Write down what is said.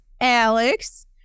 Alex